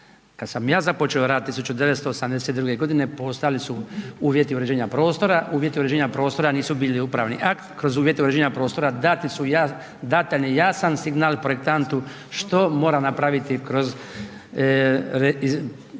Kada sam ja započeo rad 1982. godine postojali su uvjeti uređenja prostora, uvjeta uređenja prostora nisu bili upravni akt, kroz uvjete uređenja prostora dan je jasan signal projektantu što mora napraviti kroz izradu